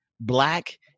black